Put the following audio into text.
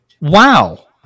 Wow